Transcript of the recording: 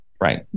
Right